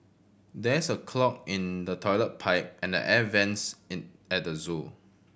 there's a clog in the toilet pipe and the air vents in at the zoo